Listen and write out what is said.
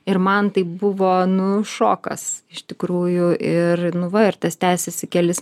ir man tai buvo nu šokas iš tikrųjų ir nu va ir tas tęsėsi kelis